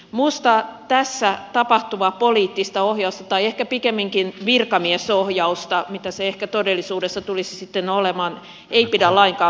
minusta tässä tapahtuvaa poliittista ohjausta tai ehkä pikemminkin virkamiesohjausta mitä se ehkä todellisuudessa tulisi sitten olemaan ei pidä lainkaan vähätellä